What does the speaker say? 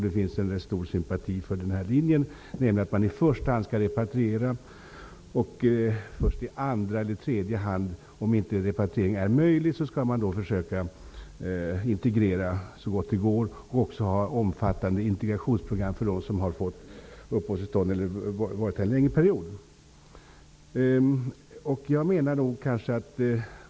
Det finns en rätt stor sympati för den här linjen, nämligen att man i första hand skall repatriera och först i andra eller tredje hand försöka integrera så gott det går, om repatriering inte är möjlig. Då skall man också ha omfattande integrationsprogram för dem som har fått uppehållstillstånd eller varit här en längre period.